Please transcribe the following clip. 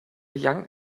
young